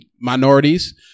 minorities